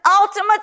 ultimate